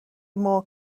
more